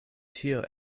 tio